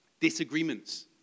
Disagreements